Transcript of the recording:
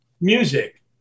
music